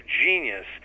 genius